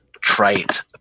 trite